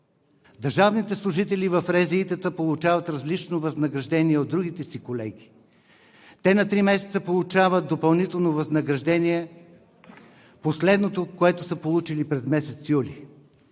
здравни инспекции получават различно възнаграждение от другите си колеги. Те на три месеца получават допълнително възнаграждение – последното, което са получили през месец юли.